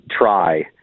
try